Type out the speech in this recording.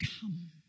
come